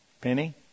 Penny